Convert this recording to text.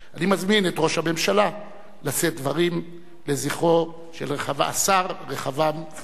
אני מזמין את ראש הממשלה לשאת דברים לזכרו של השר רחבעם זאבי.